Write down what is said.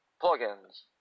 plug-ins